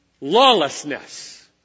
lawlessness